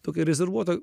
tokia rezervuota